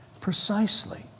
precisely